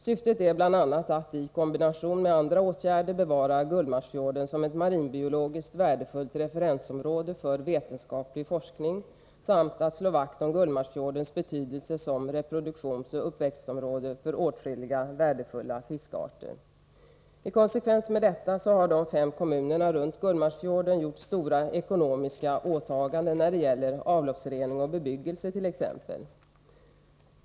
Syftet är bl.a. att i kombination med andra åtgärder bevara Gullmarsfjorden som ett marinbiologiskt värdefullt referensområde för vetenskaplig forskning samt att slå vakt om Gullmarsfjordens betydelse som reproduktionsoch uppväxtområde för åtskilliga värdefulla fiskarter. I konsekvens med detta har de fem kommunerna runt Gullmarsfjorden gjort stora ekonomiska åtaganden för t.ex. avloppsrening och bebyggelse.